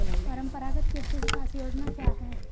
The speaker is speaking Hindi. परंपरागत कृषि विकास योजना क्या है?